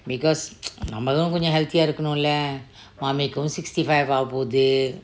because நாமளும் கொஞ்சம்:naamalum konjam healthy ah இருக்கனும்:irukanum lah mummy um sixty five ஆக போது:aaga poothu